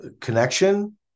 connection